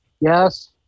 Yes